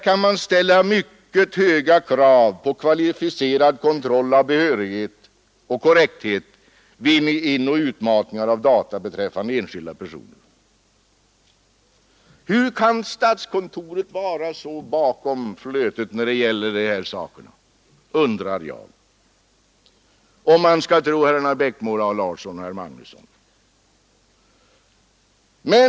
a. kan på CPR ställas mycket höga krav på kvalificerad kontroll av behörighet och korrekthet vid inoch utmatning av data beträffande enskilda personer.” Hur kan statskontoret vara så bakom flötet när det gäller de här sakerna, undrar jag, om man nu skall tro herrarna Eriksson i Bäckmora, Larsson i Umeå och Magnusson i Borås.